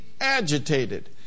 agitated